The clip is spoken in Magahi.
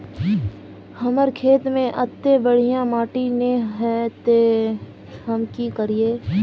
हमर खेत में अत्ते बढ़िया माटी ने है ते हम की करिए?